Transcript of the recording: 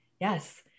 Yes